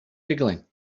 giggling